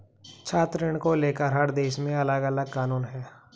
छात्र ऋण को लेकर हर देश में अलगअलग कानून है